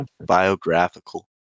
biographical